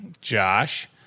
Josh